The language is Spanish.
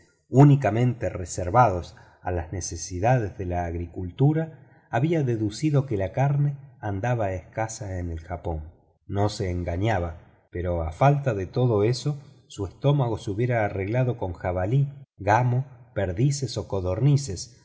únicamente reservados a las necesidades de la agricultura había deducido que la carne andaba escasa en el japón no se engañaba pero a falta de todo eso su estómago se hubiera arreglado con jabalí gamo perdices o codornices